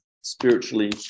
spiritually